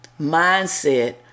mindset